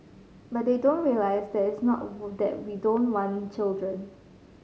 but they don't realise that it's not that we don't want children